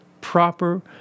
proper